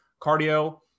cardio